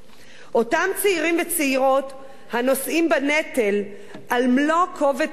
אותם צעירים וצעירות הנושאים בנטל על מלוא כובד משאו,